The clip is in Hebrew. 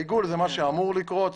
העיגול זה מה שאמור לקרות,